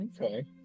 Okay